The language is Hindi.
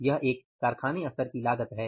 यह एक कारखाने स्तर की लागत है